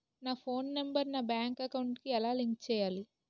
నా phone number నా bank account కి ఎలా లింక్ చేయాలి?